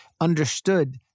understood